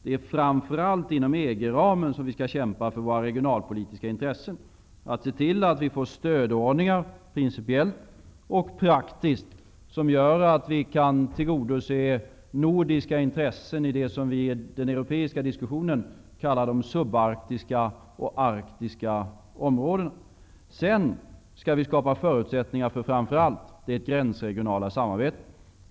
Det är framför allt inom ramen för EG som vi skall kämpa för våra regionalpolitiska intressen. Vi skall kämpa för att se till att vi får stödordningar, principiellt och praktiskt, så att vi kan tillgodose nordiska intressen i det som vi i den europeiska diskussionen kallar de subarktiska och arktiska områdena. Sedan skall vi framför allt skapa förutsättningar för det gränsregionala samarbetet.